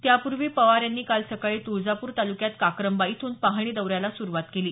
त्यापूर्वी पवार यांनी काल सकाळी तुळजापूर तालुक्यात काक्रंबा इथून पाहणी दौऱ्याला सुरुवात केली